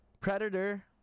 predator